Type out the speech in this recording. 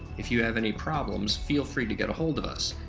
if you have any problems, feel free to get ahold of us.